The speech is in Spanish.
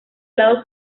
lado